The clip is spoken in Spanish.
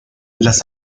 las